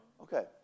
Okay